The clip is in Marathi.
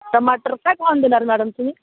टमाटर काय भावानं देणार मॅडम तुम्ही